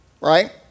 Right